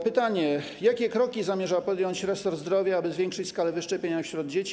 Pytania: Jakie kroki zamierza podjąć resort zdrowia, aby zwiększyć skalę wyszczepienia wśród dzieci?